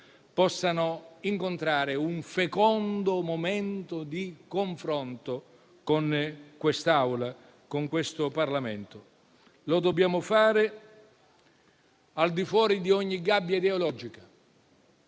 possano incontrare un fecondo momento di confronto con quest'Assemblea e con il Parlamento: lo dobbiamo fare al di fuori di ogni gabbia ideologica